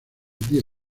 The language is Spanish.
día